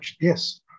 Yes